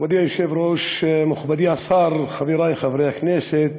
מכובדי היושב-ראש, מכובדי השר, חברי חברי הכנסת,